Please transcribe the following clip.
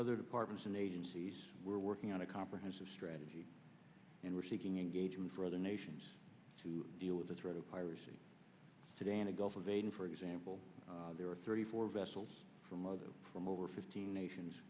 other departments and agencies we're working on a comprehensive strategy and we're seeking engagement for other nations to deal with the threat of piracy today in a gulf of aden for example there are thirty four vessels from other from over fifteen nations